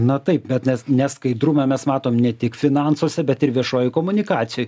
na taip bet nes neskaidrumą mes matom ne tik finansuose bet ir viešoj komunikacijoj